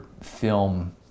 film